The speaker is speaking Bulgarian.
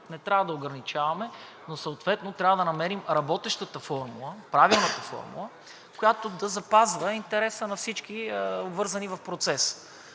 не трябва да ограничаваме. Но съответно трябва да намерим работещата формула, правилната формула, която да запазва интереса на всички обвързани в процеса